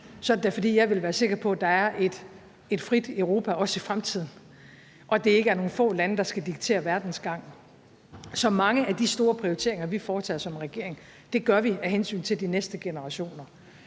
da, fordi jeg vil være sikker på, at der også i fremtiden er et frit Europa, og at det ikke er nogle få lande, der skal diktere verdens gang. Så mange af de store prioriteringer, vi foretager os som regering, gør vi af hensyn til de næste generationer.